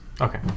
Okay